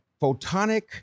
Photonic